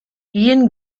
ian